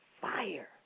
fire